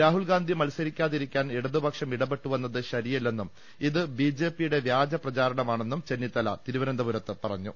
രാഹുൽ ഗാന്ധി മത്സ രിക്കാതിരിക്കാൻ ഇടതുപക്ഷം ഇടപെട്ടുവെന്നത് ശരിയല്ലെന്നും ഇത് ബി ജെ പിയുടെ വ്യാജപ്രചരണമാണെന്നും ചെന്നിത്തല പറഞ്ഞു